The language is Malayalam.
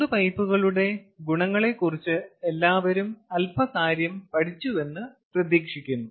ചൂട് പൈപ്പുകളുടെ ഗുണങ്ങളെക്കുറിച്ച് എല്ലാവരും അൽപ്പ കാര്യം പഠിച്ചുവെന്ന് പ്രതീക്ഷിക്കുന്നു